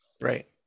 Right